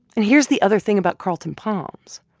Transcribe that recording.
and here's the other thing about carlton palms.